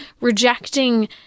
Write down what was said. rejecting